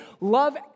love